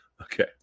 okay